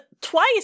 twice